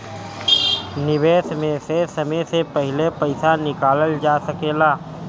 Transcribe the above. निवेश में से समय से पहले पईसा निकालल जा सेकला?